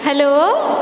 hello